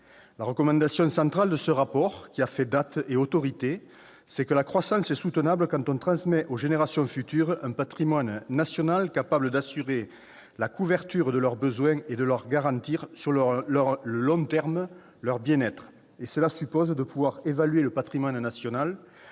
La recommandation centrale de ce rapport, qui a fait date et autorité, est que la croissance est soutenable quand on transmet aux générations futures un patrimoine national susceptible d'assurer la couverture de leurs besoins et de garantir sur le long terme leur bien-être. Cela suppose de pouvoir évaluer le patrimoine national